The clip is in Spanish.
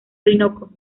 orinoco